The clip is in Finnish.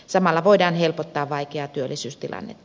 samalla voidaan helpottaa vaikeaa työllisyystilannetta